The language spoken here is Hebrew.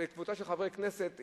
קבוצה של חברי כנסת,